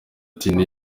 tiny